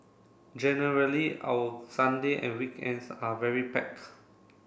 generally our Sunday and weekends are very packed